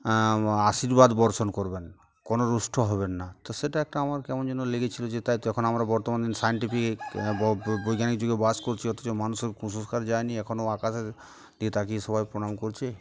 আশীর্বাদ বর্ষণ করবেন কোনো রুষ্ট হবেন না তো সেটা একটা আমার কেমন যেন লেগেছিল যে তাই তো এখন আমরা বর্তমান দিন সায়েন্টিফিক বৈজ্ঞানিক যুগে বাস করছি অথচ মানুষের কুসংস্কার যায়নি এখনও আকাশের দিকে তাকিয়ে সবাই প্রণাম করছে